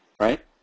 right